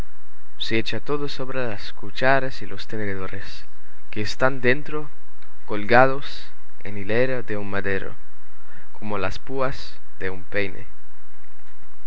se echa toda sobre las cucharas y los tenedores que están dentro colgados en hilera de un madero como las púas de un peine